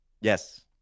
Yes